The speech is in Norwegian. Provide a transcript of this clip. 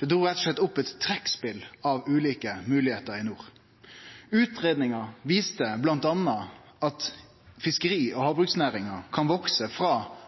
Det drog rett og slett opp eit trekkspel av ulike moglegheiter i nord. Utgreiinga viste bl.a. at fiskeri- og havbruksnæringa kan vekse frå